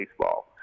baseball